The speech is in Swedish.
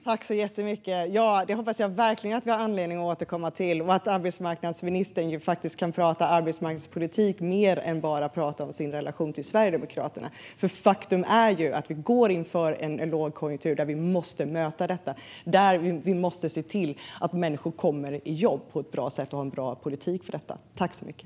Herr talman! Jag hoppas verkligen att vi har anledning att återkomma till det och att arbetsmarknadsministern faktiskt kan prata mer om arbetsmarknadspolitik och inte bara om sin relation till Sverigedemokraterna. Faktum är att vi står inför en lågkonjunktur då vi måste möta detta och se till att människor kommer i jobb på ett bra sätt och att vi har en bra politik för det.